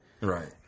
right